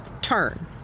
turn